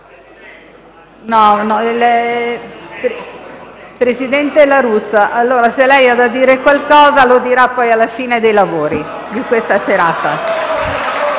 possibile. Se lei ha da dire qualcosa, lo dirà poi alla fine dei lavori di questa serata.